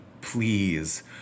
please